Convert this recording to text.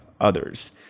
others